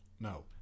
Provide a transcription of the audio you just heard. No